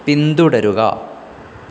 പിന്തുടരുക